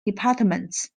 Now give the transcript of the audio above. departments